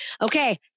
Okay